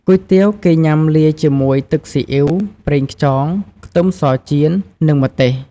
គុយទាវគេញ៉ាំលាយជាមួយទឹកស៊ីអ៊ីវ ប្រេងខ្យង ខ្ទឹមសចៀន និងម្ទេស។